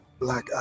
Black